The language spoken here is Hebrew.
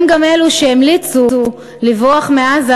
הם גם אלו שהמליצו לברוח מעזה,